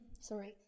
sorry